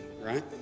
right